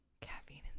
caffeine